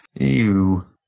Ew